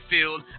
Field